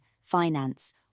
finance